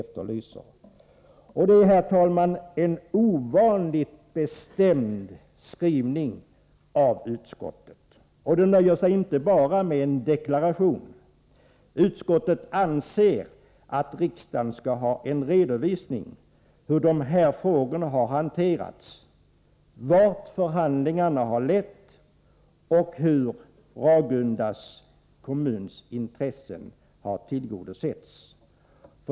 Det är, herr talman, en ovanligt bestämd skrivning av utskottet, som inte nöjer sig med bara en deklaration. Utskottet anser att riksdagen skall ha en redovisning för hur de här frågorna har hanterats, vart förhandlingarna har lett och hur Ragunda kommuns intressen har tillgodosetts.